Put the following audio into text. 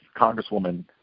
Congresswoman